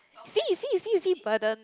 you see you see you see burden